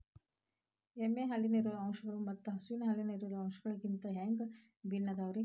ಎಮ್ಮೆ ಹಾಲಿನಲ್ಲಿರೋ ಅಂಶಗಳು ಮತ್ತ ಹಸು ಹಾಲಿನಲ್ಲಿರೋ ಅಂಶಗಳಿಗಿಂತ ಹ್ಯಾಂಗ ಭಿನ್ನ ಅದಾವ್ರಿ?